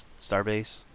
Starbase